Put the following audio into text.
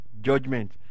judgment